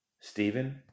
Stephen